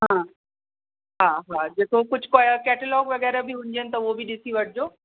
हा हा हा ॾिसो कुझु कैटेलोग वग़ैरह बि हुजे त उहो बि ॾिसी वठिजो